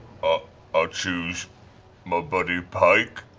ah ah choose my buddy pike.